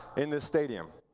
in this stadium.